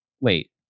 wait